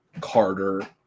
Carter